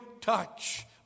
touch